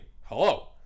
hello